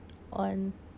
on